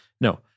No